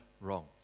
wrong